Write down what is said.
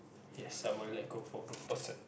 yes I would let go for the person